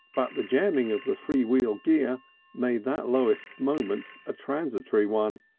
but the jamming of the free wheel gear made that lowest moment a transitory one,